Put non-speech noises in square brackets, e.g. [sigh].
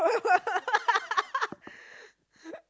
[laughs]